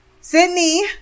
Sydney